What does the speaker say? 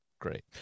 Great